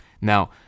Now